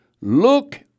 Look